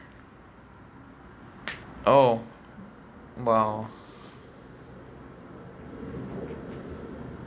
oh !wow!